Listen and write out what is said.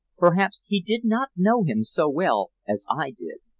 perhaps he did not know him so well as i did.